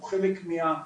הוא חלק מהעשייה,